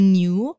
new